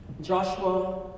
Joshua